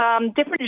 different